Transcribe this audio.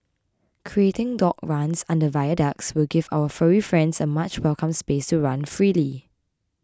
creating dog runs under viaducts will give our furry friends a much welcome space to run freely